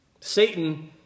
Satan